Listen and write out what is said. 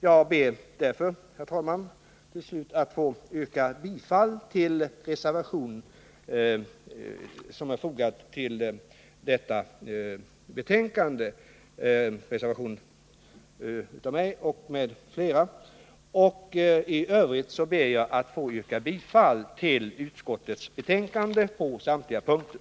Jag ber därför, herr talman, till slut att få yrka bifall till reservation I av mig m.fl., som är fogad till detta betänkande. I övrigt ber jag att få yrka bifall till utskottets hemställan på samtliga punkter.